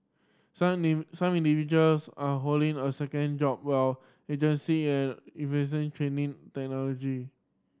some name some individuals are holding a second job while agency and investing in training technology